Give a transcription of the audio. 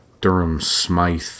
Durham-Smythe